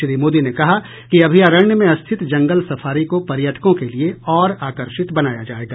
श्री मोदी ने कहा कि अभ्यारणय में स्थित जंगल सफारी को पर्यटकों के लिए और आकर्षित बनाया जायेगा